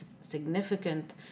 significant